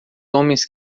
homens